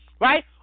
right